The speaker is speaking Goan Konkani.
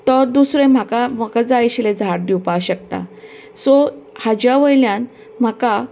तो दुसरो म्हाका म्हाका जाय आशिल्लें झाड दिवपा शकता सो हाच्या वयल्यान म्हाका